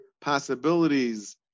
possibilities